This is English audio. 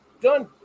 done